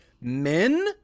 men